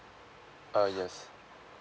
uh yes